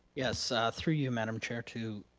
yes, ah through you madam chair to